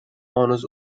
honors